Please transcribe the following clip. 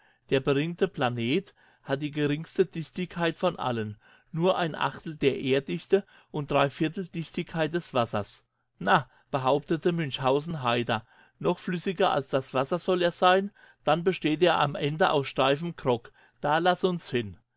der beringte planet hat die geringste dichtigkeit von allen nur ein achtel der erddichte und drei viertel dichtigkeit des wassers na behauptete münchhausen heiter noch flüssiger als das wasser soll er sein dann besteht er am ende aus steifem grog da laßt uns hin